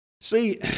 See